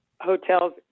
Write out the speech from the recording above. hotels